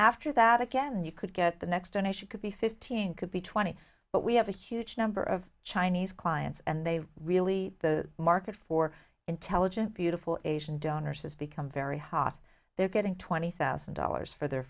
after that again you could get the next and she could be fifteen could be twenty but we have a huge number of chinese clients and they really the market for intelligent beautiful asian donors has become very hot they're getting twenty thousand dollars for their